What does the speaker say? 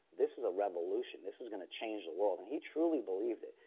this is a revolution. this is going to change the world and he truly believed it.